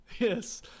Yes